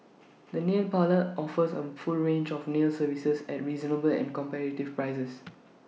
the nail parlour offers A full range of nail services at reasonable and competitive prices